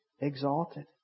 exalted